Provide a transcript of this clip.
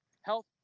health